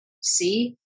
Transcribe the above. see